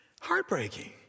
Heartbreaking